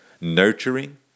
nurturing